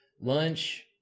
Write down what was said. lunch